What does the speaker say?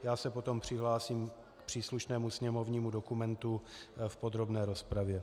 Já se potom přihlásím k příslušnému sněmovnímu dokumentu v podrobné rozpravě.